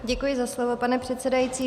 Děkuji za slovo, pane předsedající.